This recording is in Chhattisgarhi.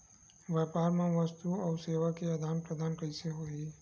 व्यापार मा वस्तुओ अउ सेवा के आदान प्रदान कइसे होही?